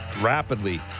rapidly